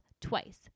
twice